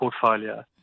portfolio